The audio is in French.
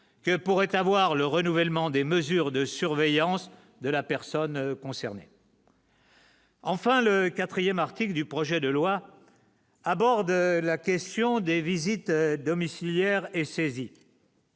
que pourrait avoir le renouvellement des mesures de surveillance de la personne concernée. Enfin, le 4ème article du projet de loi aborde la question des visites domiciliaires et saisi